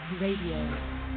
Radio